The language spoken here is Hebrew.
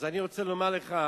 אני רוצה לומר לך: